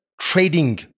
trading